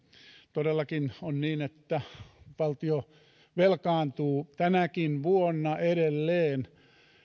todellakin on niin että valtio velkaantuu tänäkin vuonna edelleen